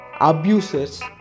Abusers